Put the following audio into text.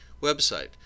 Website